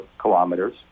kilometers